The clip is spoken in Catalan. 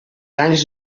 anys